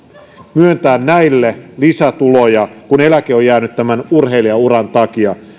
myöntää heille lisätuloja kun eläke on jäänyt urheilijauran takia